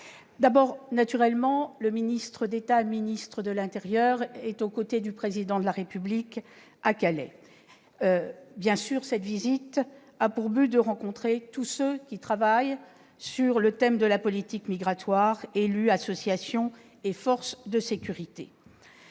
Madame Van Heghe, le ministre d'État, ministre de l'intérieur, se trouve naturellement aux côtés du Président de la République à Calais. Cette visite a pour but de rencontrer tous ceux qui travaillent sur le thème de la politique migratoire : élus, associations et forces de sécurité.